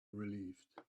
relieved